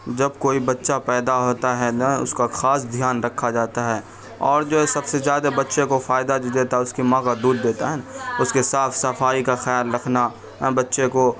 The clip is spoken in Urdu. جب کوئی بچہ پیدا ہوتا ہے نا اس کا خاص دھیان رکھا جاتا ہے اور جو ہے سب سے زیادہ بچے کو فائدہ جو دیتا ہے اس کی ماں کا دودھ دیتا ہے اس کے صاف صفائی کا خیال رکھنا بچے کو